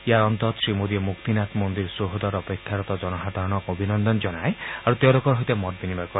ইয়াৰ অন্তত শ্ৰীমোদীয়ে মুক্তিনাথ মন্দিৰ চৌহদত অপেক্ষাৰত জনসাধাৰণক অভিনন্দন জনাই আৰু তেওঁলোকৰ সৈতে মত বিনিময় কৰে